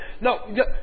No